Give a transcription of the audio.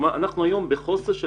אנחנו היום במצב של חוסר דיווח.